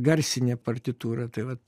garsinę partitūrą tai vat